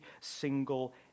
single